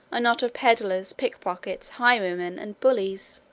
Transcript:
a knot of pedlars, pick-pockets, highwayman, and bullies.